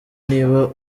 niba